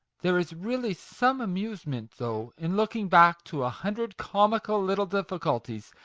there is really some amusement, though, in looking back to a hundred comical little difficulties,